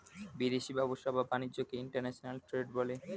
বিদেশি ব্যবসা বা বাণিজ্যকে ইন্টারন্যাশনাল ট্রেড বলে